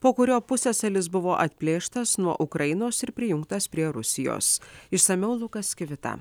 po kurio pusiasalis buvo atplėštas nuo ukrainos ir prijungtas prie rusijos išsamiau lukas kvita